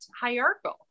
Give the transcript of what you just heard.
hierarchical